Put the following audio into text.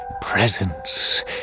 presence